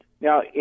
Now